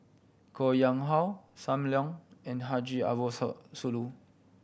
Koh Nguang How Sam Leong and Haji Ambo So Sooloh